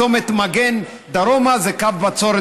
מצומת מגן דרומה זה קו בצורת,